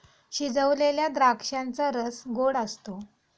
शिजवलेल्या द्राक्षांचा रस गोड असतो